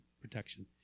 protection